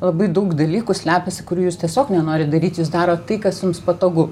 labai daug dalykų slepiasi kurių jūs tiesiog nenorit daryt jus darot tai kas jums patogu